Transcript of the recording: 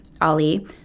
Ali